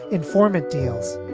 informant deals.